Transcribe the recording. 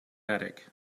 attic